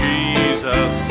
Jesus